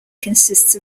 consists